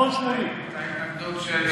הייתה התנגדות של